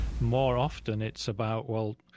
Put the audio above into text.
more often, it's about, well,